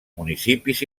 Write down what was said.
municipis